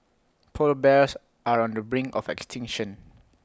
Polar Bears are on the brink of extinction